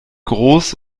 groß